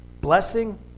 blessing